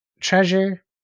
treasure